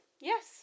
Yes